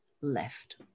left